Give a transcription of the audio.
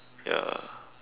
ya